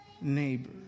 neighbor